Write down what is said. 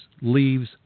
leaves